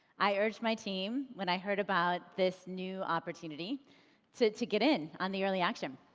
i urged my team when i heard about this new opportunity so to get in on the early action.